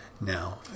now